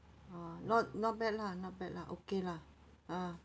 oh not not bad lah not bad lah okay lah ah